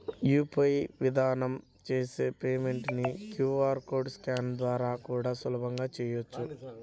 UPI విధానం చేసే payment ని క్యూ.ఆర్ కోడ్ స్కానింగ్ ద్వారా కూడా సులభంగా చెయ్యొచ్చు